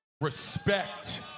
respect